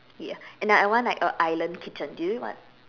ya and I want like a island kitchen do you know what